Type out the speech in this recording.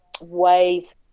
ways